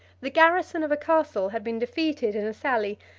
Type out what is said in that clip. the garrison of a castle had been defeated in a sally,